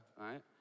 right